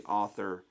author